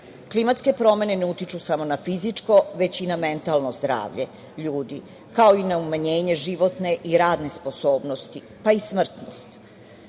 klimatske promene ne utiču samo na fizičko već i na mentalno zdravlje ljudi, kao i na umanjenje životne i radne sposobnosti, pa i smrtnosti. Sve